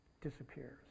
disappears